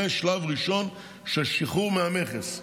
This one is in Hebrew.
זה שלב ראשון של שחרור מהמכס,